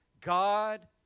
God